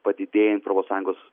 padidėja europos sąjungos